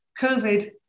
COVID